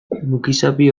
mukizapi